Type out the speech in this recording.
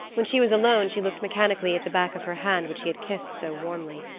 when she was alone she looked mechanically at the back of her hand which he had kissed so warmly.